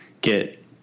get